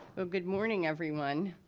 well, good morning everyone.